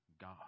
God